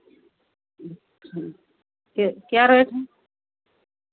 अच्छा क्या रेट है